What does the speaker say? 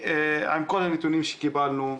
עם כל הנתונים שקיבלנו,